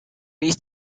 used